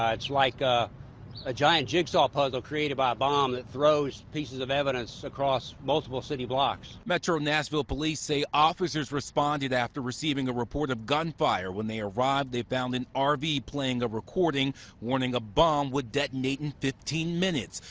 um it's like a a giant jigsaw puzzle created by a bomb that throws pieces of evidence across multiple city blocks metro nashville police say officers responded after receiving a report of gunfire. when they arrived, they found an r v playing a recording warning a bomb would detonate in fifteen minutes.